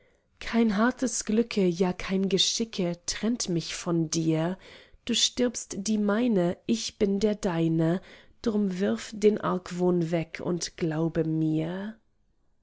kein hartes glücke ja kein geschicke trennt mich von dir du stirbst die meine ich bin der deine drum wirf den argwohn weg und glaube mir